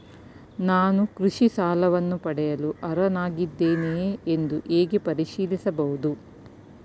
ನಾನು ಕೃಷಿ ಸಾಲವನ್ನು ಪಡೆಯಲು ಅರ್ಹನಾಗಿದ್ದೇನೆಯೇ ಎಂದು ಹೇಗೆ ಪರಿಶೀಲಿಸಬಹುದು?